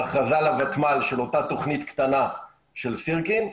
ההכרזה לותמ"ל של אותה תוכנית קטנה של סירקין,